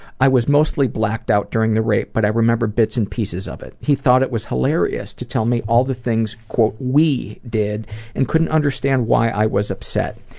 i was mostly blacked out during the rape but i remember bits and pieces of it. he thought it was hilarious to tell me all the things we did and couldn't understand why i was upset.